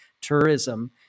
tourism